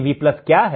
V क्या है